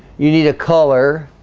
you need a color